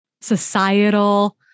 societal